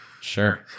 sure